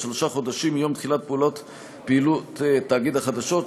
שלושה חודשים מיום תחילת פעילות תאגיד החדשות,